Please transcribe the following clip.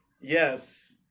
Yes